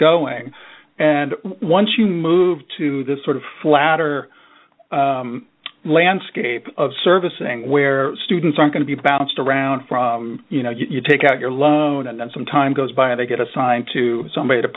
going and once you move to this sort of flatter landscape of servicing where students are going to be bounced around from you know you take out your loan and then some time goes by they get assigned to somebody to